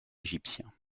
égyptien